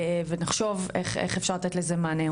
ונחשוב איך אפשר לתת לזה מענה,